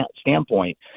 standpoint